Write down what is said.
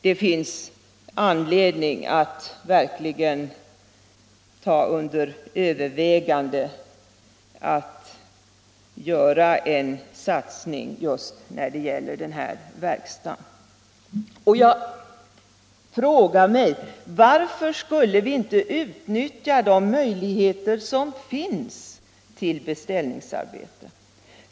Det finns anledning att verkligen ta under övervägande att göra en satsning just när det gäller den här verkstaden. Varför skulle man inte utnyttja de möjligheter som finns till beställningsarbeten?